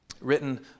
written